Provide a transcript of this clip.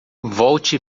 volte